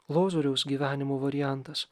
lozoriaus gyvenimo variantas